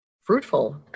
fruitful